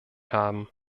haben